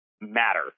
matter